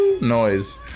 noise